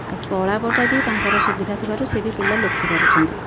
ଆଉ କଳାପଟା ବି ତାଙ୍କର ସୁବିଧା ଥିବାରୁ ସେ ବି ପିଲା ଲେଖିପାରୁଛନ୍ତି